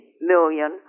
million